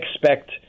expect